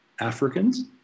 Africans